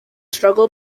struggle